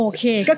Okay